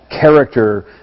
character